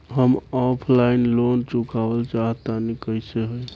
हम offline loan चुकावल चाहऽ तनि कइसे होई?